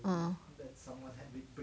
mm